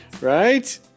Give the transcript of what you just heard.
right